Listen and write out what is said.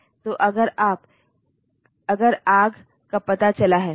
तो प्रोग्राम का अर्थ समझना मुश्किल है